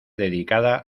dedicada